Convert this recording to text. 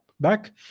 back